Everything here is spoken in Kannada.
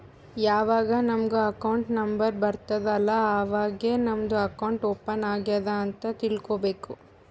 ಯಾವಾಗ್ ನಮುಗ್ ಅಕೌಂಟ್ ನಂಬರ್ ಬರ್ತುದ್ ಅಲ್ಲಾ ಅವಾಗೇ ನಮ್ದು ಅಕೌಂಟ್ ಓಪನ್ ಆಗ್ಯಾದ್ ಅಂತ್ ತಿಳ್ಕೋಬೇಕು